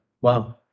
Wow